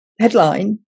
headline